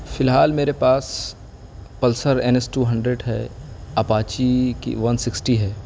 فی الحال میرے پاس پلسر این ایس ٹو ہنڈریڈ ہے اپاچی کی ون سکسٹی ہے